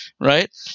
right